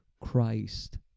Christ